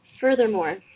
Furthermore